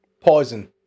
Poison